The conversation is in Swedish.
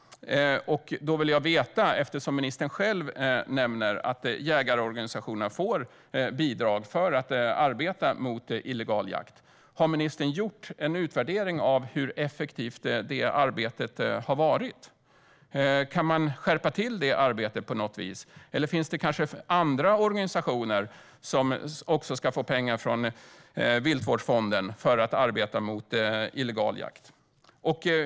Ministern nämnde att jägarorganisationerna får bidrag för att arbeta mot illegal jakt. Har ministern gjort någon utvärdering av hur effektivt det arbetet har varit? Kan man skärpa till det på något vis? Eller finns det andra organisationer som kan få pengar från viltvårdsfonden för att arbeta mot illegal jakt?